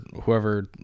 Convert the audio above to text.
whoever